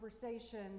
conversation